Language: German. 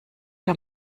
der